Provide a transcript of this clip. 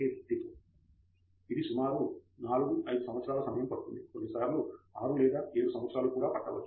ఫణి కుమార్ ఇది సుమారు 4 5 సంవత్సరాల సమయం పడుతుంది కొన్నిసార్లు 6 లేదా 7 సంవత్సరాలు కూడా పట్టవచ్చు